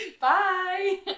Bye